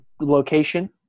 location